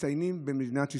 המצטיינים במדינת ישראל,